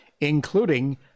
including